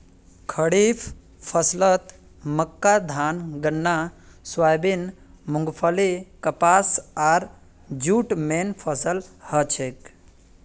खड़ीफ फसलत मक्का धान गन्ना सोयाबीन मूंगफली कपास आर जूट मेन फसल हछेक